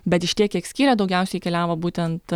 bet iš tiek kiek skyrė daugiausiai keliavo būtent